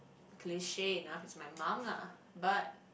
cliche enough is my mum lah but